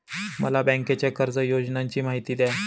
मला बँकेच्या कर्ज योजनांची माहिती द्या